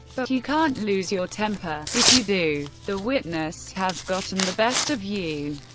but you can't lose your temper if you do, the witness has gotten the best of you.